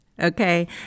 Okay